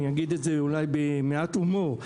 אני אגיד את זה אולי במעט הומור,